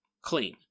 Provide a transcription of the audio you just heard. Clean